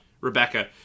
Rebecca